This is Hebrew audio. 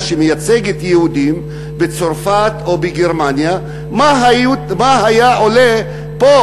שמייצגת יהודים בצרפת או בגרמניה מה היה עולה פה,